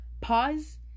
pause